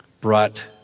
brought